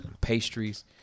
pastries